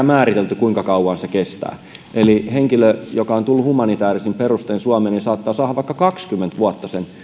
määritelty kuinka kauan tämä tulkkaus kestää eli henkilö joka on tullut humanitäärisin perustein suomeen saattaa saada vaikka kaksikymmentä vuotta sen